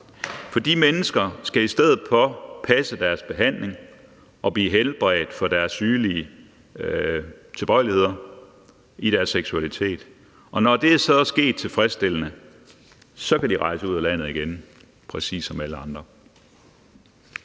For de mennesker skal i stedet passe deres behandling og blive helbredt for deres sygelige tilbøjeligheder i deres seksualitet. Og når det så er sket tilfredsstillende, kan de rejse ud af landet igen præcis som alle andre.